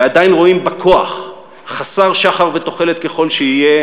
ועדיין רואים בכוח, חסר שחר ותוחלת ככל שיהיה,